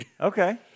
Okay